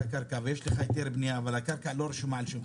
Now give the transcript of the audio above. קרקע ויש לך היתר בניה אבל הקרקע לא רשומה על שימך,